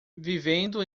vivendo